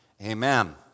Amen